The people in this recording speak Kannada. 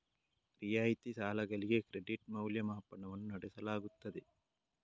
ರಿಯಾಯಿತಿ ಸಾಲಗಳಿಗೆ ಕ್ರೆಡಿಟ್ ಮೌಲ್ಯಮಾಪನವನ್ನು ನಡೆಸಲಾಗುತ್ತದೆ